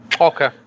okay